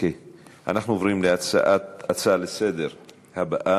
אנחנו עוברים להצעות לסדר-היום הבאות,